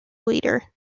leader